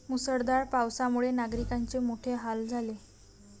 मुसळधार पावसामुळे नागरिकांचे मोठे हाल झाले